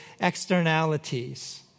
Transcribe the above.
externalities